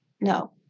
no